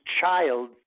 child